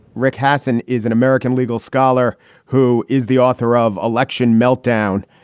rick hasen is an american legal scholar who is the author of election meltdown,